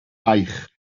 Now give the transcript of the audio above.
baich